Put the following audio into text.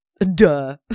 duh